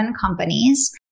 companies